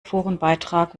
forenbeitrag